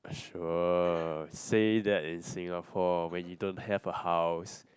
sure said that is in Singapore when you don't have a house